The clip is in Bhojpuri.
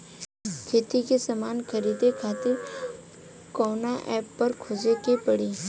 खेती के समान खरीदे खातिर कवना ऐपपर खोजे के पड़ी?